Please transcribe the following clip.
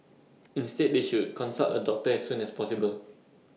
instead they should consult A doctor as soon as possible